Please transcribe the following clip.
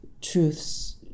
truths